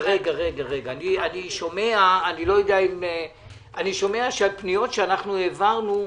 אני שומע שהפניות שהעברנו,